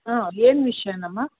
ಹಾಂ ಏನು ವಿಷ್ಯವಮ್ಮ